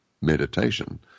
meditation